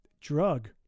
drug